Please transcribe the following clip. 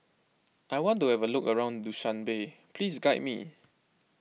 I want to have a look around Dushanbe Please guide me